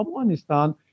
Afghanistan